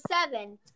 seven